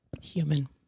Human